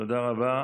תודה רבה.